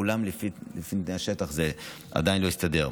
אולם לפי תנאי השטח זה עדיין לא הסתדר.